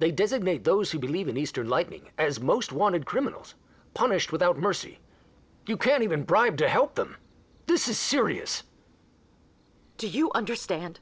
they designate those who believe in easter lightning as most wanted criminals punished without mercy you can even bribe to help them this is serious do you understand